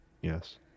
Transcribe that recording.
Yes